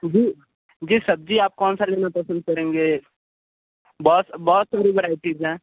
जी जी सर जी आप कौन सा लेना पसंद करेंगे बहुत बहुत सारी वैराइटीज़ हैं